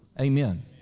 Amen